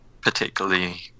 particularly